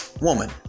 Woman